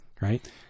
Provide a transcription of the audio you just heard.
Right